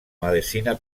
medicina